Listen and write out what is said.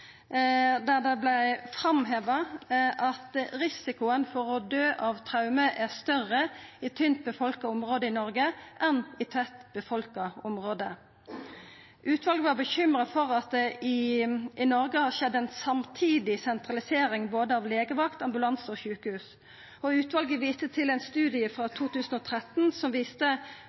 der det vart framheva at risikoen for å døy av traume er større i område med tynt folkesett i Noreg enn i område med tett folkesett. Utvalet var bekymra for at det i Noreg har skjedd ei samtidig sentralisering av både legevakt, ambulanse og sjukehus. Utvalet viste til ein studie frå 2013 som viste